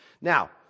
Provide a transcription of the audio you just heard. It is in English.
Now